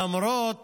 למרות